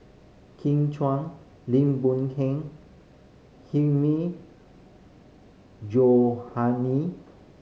Kin Lim Boon Heng Hilmi